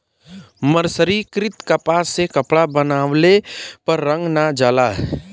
मर्सरीकृत कपास से कपड़ा बनवले पर रंग ना जाला